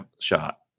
shot